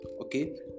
Okay